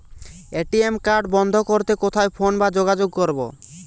ATM card বন্ধ করতে কোথায় ফোন বা যোগাযোগ করব?